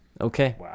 Okay